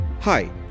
Hi